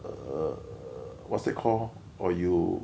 err what's that called or you